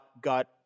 got